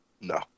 No